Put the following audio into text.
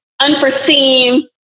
unforeseen